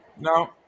No